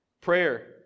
Prayer